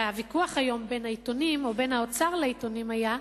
והוויכוח היום בין העיתונים או בין האוצר לעיתונים היה,